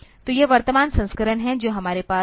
तो यह वर्तमान संस्करण हैं जो हमारे पास हैं